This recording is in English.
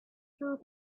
through